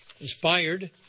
inspired